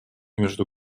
между